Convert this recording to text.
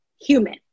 human